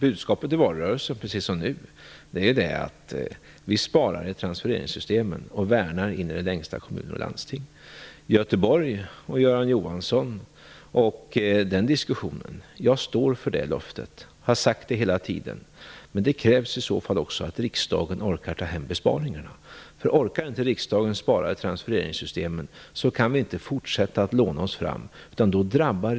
Budskapet i valrörelsen var precis detsamma som det är nu. Vi sparar i transfereringssystemen och värnar in i det längsta om kommuner och landsting. När det gäller Göteborg, Göran Johansson och den diskussionen står jag för mitt löfte - och det har jag sagt hela tiden - men det krävs i så fall att riksdagen orkar ta hem besparingarna. Orkar inte riksdagen spara i transfereringssystemen kan vi inte fortsätta att låna oss fram.